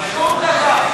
שום דבר.